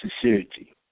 sincerity